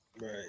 right